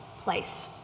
place